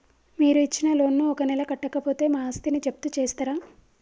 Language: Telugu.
మీరు ఇచ్చిన లోన్ ను ఒక నెల కట్టకపోతే మా ఆస్తిని జప్తు చేస్తరా?